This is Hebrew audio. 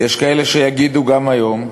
יש כאלה שיגידו גם היום: